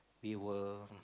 we were